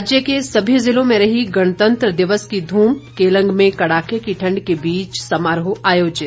राज्य के सभी जिलों में रही गणतंत्र दिवस की धूम केलंग में कड़ाके की ठंड के बीच समारोह आयोजित